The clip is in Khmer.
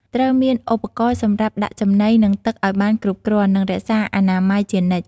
ត្រូវមានឧបករណ៍សម្រាប់ដាក់ចំណី និងទឹកឲ្យបានគ្រប់គ្រាន់ និងរក្សាអនាម័យជានិច្ច។